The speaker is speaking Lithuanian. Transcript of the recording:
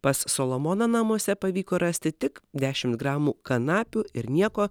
pas solomoną namuose pavyko rasti tik dešimt gramų kanapių ir nieko